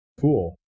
cool